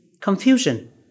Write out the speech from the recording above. confusion